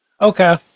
Okay